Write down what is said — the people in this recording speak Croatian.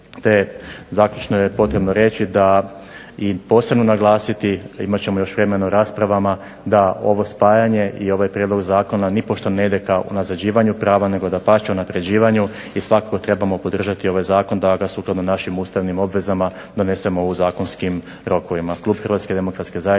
te zaključno je potrebno reći da i posebno naglasiti, a imat ćemo još vremena u raspravama da ovo spajanje i ovaj prijedlog zakona nipošto ne ide ka unazađivanju prava nego dapače unapređivanju i svakako trebamo podržati ovaj zakon da ga sukladno našim ustavnim obvezama donesemo u zakonskim rokovima.